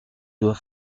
doit